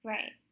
Right